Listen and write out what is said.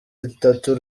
bitatu